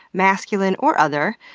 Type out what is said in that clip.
masculine, or other.